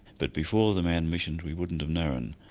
but before the manned missions we wouldn't have known.